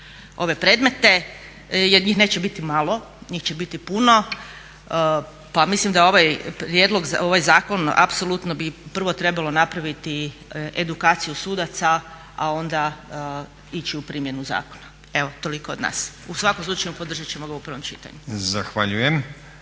ove predmete jer njih neće biti malo, njih će biti puno. Pa mislim da ovaj zakon apsolutno bi prvo trebalo napraviti edukaciju sudaca, a onda ići u primjenu zakona. Evo, toliko od nas. U svakom slučaju podržat ćemo ga u prvom čitanju.